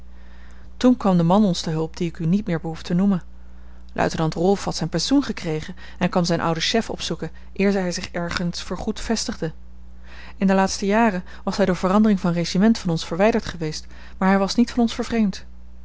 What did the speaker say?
toen kwam de man ons te hulp die ik u niet meer behoef te noemen luitenant rolf had zijn pensioen gekregen en kwam zijn ouden chef opzoeken eer hij zich ergens voor goed vestigde in de laatste jaren was hij door verandering van regiment van ons verwijderd geweest maar hij was niet van ons vervreemd